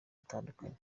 atandukanye